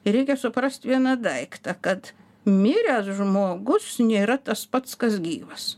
reikia suprast vieną daiktą kad miręs žmogus nėra tas pats kas gyvas